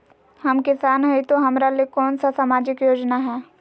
हम किसान हई तो हमरा ले कोन सा सामाजिक योजना है?